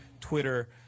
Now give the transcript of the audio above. Twitter